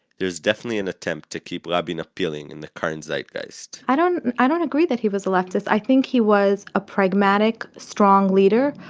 there is definitely an attempt to keep rabin appealing in the current zeitgeist i don't i don't agree that he was a leftist, i think he was a pragmatic strong leader,